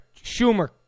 Schumer